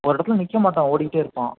ஒரு இடத்துல நிற்க மாட்டான் ஓடிகிட்டே இருப்பான்